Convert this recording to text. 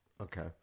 Okay